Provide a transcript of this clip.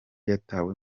yatawe